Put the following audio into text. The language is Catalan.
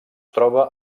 troba